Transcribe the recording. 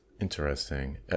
Interesting